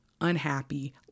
unhappy